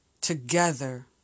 together